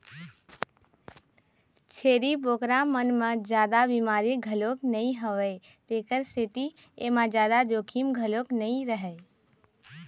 छेरी बोकरा मन म जादा बिमारी घलोक नइ होवय तेखर सेती एमा जादा जोखिम घलोक नइ रहय